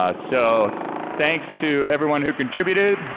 ah so thanks to everyone who contributed.